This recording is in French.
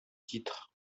titre